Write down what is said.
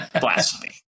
blasphemy